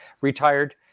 retired